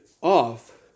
off